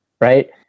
right